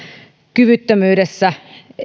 kyvyttömyydessä